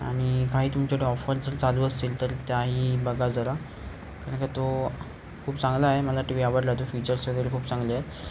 आणि काही तुमच्याकडे ऑफर जर चालू असतील तर त्याही बघा जरा कारण का तो खूप चांगला आहे मला टी वी आवडला तो फीचर्स वगैरे खूप चांगले आहेत